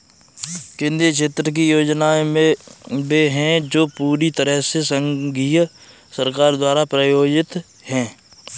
केंद्रीय क्षेत्र की योजनाएं वे है जो पूरी तरह से संघीय सरकार द्वारा प्रायोजित है